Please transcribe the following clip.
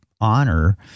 honor